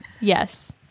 Yes